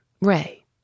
Ray